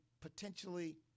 potentially